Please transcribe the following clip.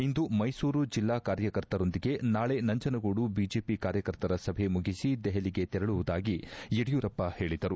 ಇಂದು ಮೈಸೂರು ಜಿಲ್ಲಾ ಕಾರ್ಯಕರ್ತರೊಂದಿಗೆ ನಾಳೆ ನಂಜನಗೂಡು ಬಿಜೆಪಿ ಕಾರ್ಯಕರ್ತರ ಸಭೆ ಮುಗಿಸಿ ದೆಹಲಿಗೆ ತೆರಳುವುದಾಗಿ ಯಡಿಯೂರಪ್ಪ ಹೇಳದರು